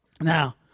Now